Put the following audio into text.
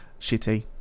shitty